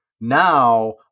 now